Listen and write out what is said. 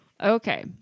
Okay